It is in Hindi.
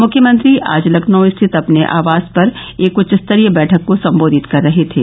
मुख्यमंत्री आज लखनऊ स्थित अपने आवास पर एक उच्च स्तरीय बैठक को संबोधित कर रहे थे